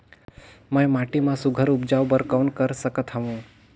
मैं माटी मा सुघ्घर उपजाऊ बर कौन कर सकत हवो?